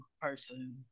person